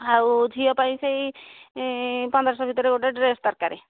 ଆଉ ଝିଅ ପାଇଁ ସେଇ ପନ୍ଦର ଶହ ଭିତରେ ଗୋଟେ ଡ୍ରେସ୍ ଦରକାର